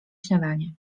śniadanie